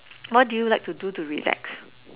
what do you like to do to relax